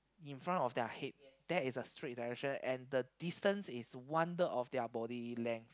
in front of their head that is the straight direction and the distance is one third of their body length